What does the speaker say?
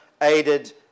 aided